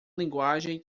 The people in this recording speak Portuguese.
linguagem